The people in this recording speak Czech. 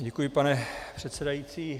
Děkuji, pane předsedající.